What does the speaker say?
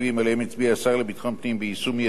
השר לביטחון פנים ביישום מיידי של הוראות הפומביות,